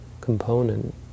component